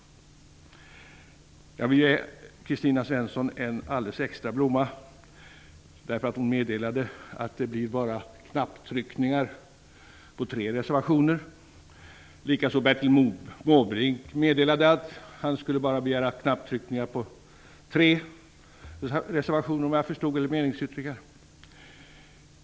Jag vill ge Kristina Svensson en extra blomma. Hon meddelade att det bara blir knapptryckningar på tre reservationer. Bertil Måbrink meddelade också att han bara skulle begära knapptryckningar på tre meningsyttringar efter vad jag förstod.